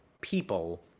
people